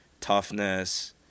toughness